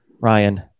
Ryan